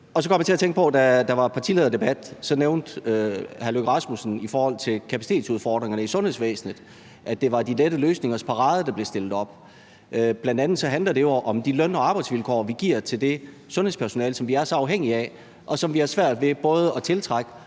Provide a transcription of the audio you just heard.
på partilederdebatten, hvor hr. Lars Løkke Rasmussen nævnte kapacitetsudfordringerne i sundhedsvæsenet, og at det var de lette løsningers parade, der blev stillet op. Men de handler bl.a. om de løn- og arbejdsvilkår, som vi giver til det sundhedspersonale, som vi er så afhængige af, og som vi har svært ved både at tiltrække